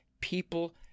People